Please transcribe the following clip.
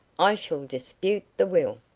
i shall dispute the will.